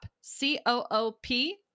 C-O-O-P